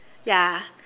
ya